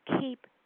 keep